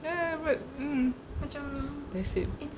ya but hmm that's it